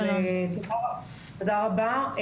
תודה רבה.